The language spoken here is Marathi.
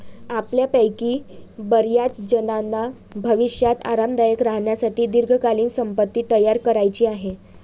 आपल्यापैकी बर्याचजणांना भविष्यात आरामदायक राहण्यासाठी दीर्घकालीन संपत्ती तयार करायची आहे